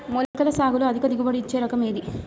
మొలకల సాగులో అధిక దిగుబడి ఇచ్చే రకం ఏది?